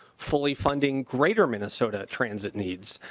fully funding greater minnesota transit needs.